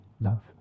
love